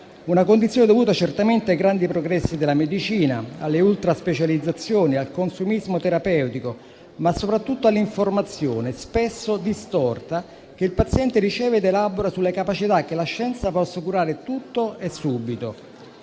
Una condizione dovuta certamente ai grandi progressi della medicina, alle ultra specializzazioni, al consumismo terapeutico, ma soprattutto all'informazione spesso distorta che il paziente riceve ed elabora sulle capacità che la scienza possa curare tutto e subito.